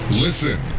Listen